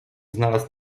znalazł